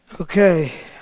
Okay